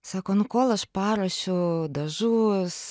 sako nu kol aš paruošiu dažus